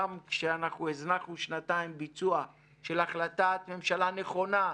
גם כשאנחנו הזנחנו שנתיים ביצוע של החלטת ממשלה נכונה,